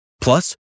Plus